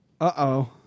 Uh-oh